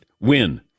win